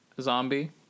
zombie